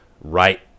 right